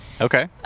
okay